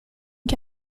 que